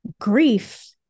Grief